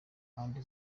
kandi